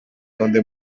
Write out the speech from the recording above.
donde